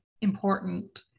important